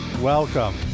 Welcome